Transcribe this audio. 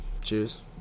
Cheers